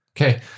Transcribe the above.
Okay